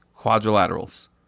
quadrilaterals